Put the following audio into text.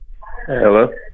Hello